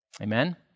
Amen